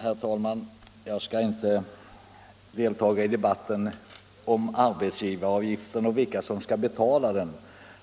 Herr talman! Jag skall inte delta i debatten om arbetsgivaravgiften och vilka som skall betala den.